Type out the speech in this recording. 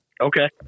Okay